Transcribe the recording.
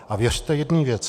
A věřte jedné věci.